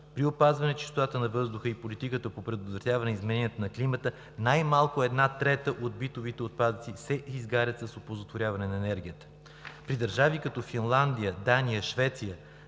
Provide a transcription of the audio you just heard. при опазване чистотата на въздуха и политиката по предотвратяване измененията на климата – най-малко една трета от битовите отпадъци се изгаря с оползотворяване на енергията. При държави, като Финландия, Дания, Швеция,